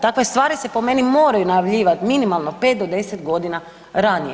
Takve stvari se po meni moraju najavljivati minimalno pet do deset godina ranije.